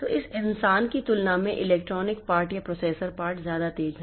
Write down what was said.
तो इस इंसान की तुलना में इलेक्ट्रॉनिक पार्ट या प्रोसेसर पार्ट ज्यादा तेज है